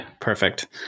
Perfect